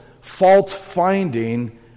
fault-finding